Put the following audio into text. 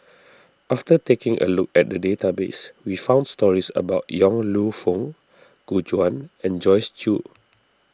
after taking a look at the database we found stories about Yong Lew Foong Gu Juan and Joyce Jue